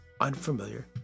unfamiliar